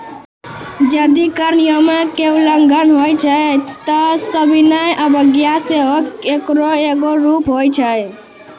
जदि कर नियमो के उल्लंघन होय छै त सविनय अवज्ञा सेहो एकरो एगो रूप होय छै